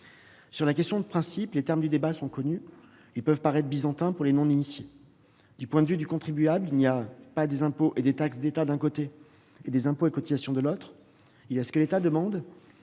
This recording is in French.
Sur la question de principe, les termes du débat sont connus. Ils peuvent paraître byzantins aux non-initiés. Du point de vue du contribuable, il n'y a pas, d'un côté, des impôts et des taxes d'État et, de l'autre, des impôts et cotisations : il y a seulement ce que l'État demande